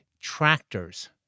tractors